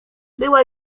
była